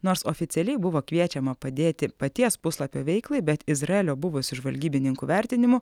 nors oficialiai buvo kviečiama padėti paties puslapio veiklai bet izraelio buvusių žvalgybininkų vertinimu